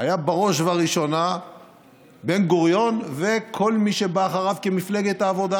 היה בראש ובראשונה בן-גוריון וכל מי שבא אחריו כמפלגת העבודה.